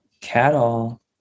cattle